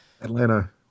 Atlanta